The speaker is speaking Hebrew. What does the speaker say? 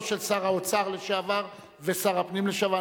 של שר האוצר לשעבר ושר הפנים לשעבר.